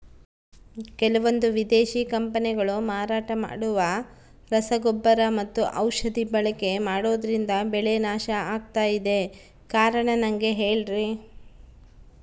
ಕೆಲವಂದು ವಿದೇಶಿ ಕಂಪನಿಗಳು ಮಾರಾಟ ಮಾಡುವ ರಸಗೊಬ್ಬರ ಮತ್ತು ಔಷಧಿ ಬಳಕೆ ಮಾಡೋದ್ರಿಂದ ಬೆಳೆ ನಾಶ ಆಗ್ತಾಇದೆ? ಕಾರಣ ನನಗೆ ಹೇಳ್ರಿ?